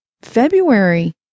February